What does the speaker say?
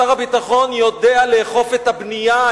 שר הביטחון יודע לאכוף את הבנייה,